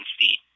see